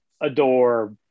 adore